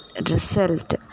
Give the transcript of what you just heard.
result